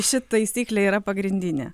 ši taisyklė yra pagrindinė